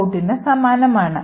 outന് സമാനമാണ്